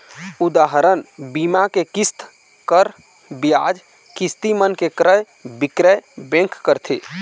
उदाहरन, बीमा के किस्त, कर, बियाज, किस्ती मन के क्रय बिक्रय बेंक करथे